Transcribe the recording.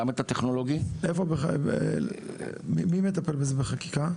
גם את הטכנולוגי- -- מי מטפל בזה בחקיקה?